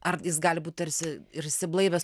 ar jis gali būti tarsi ir išsiblaivęs